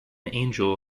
angel